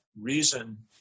reason